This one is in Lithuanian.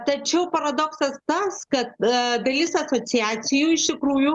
tačiau paradoksas tas kad dalis asociacijų iš tikrųjų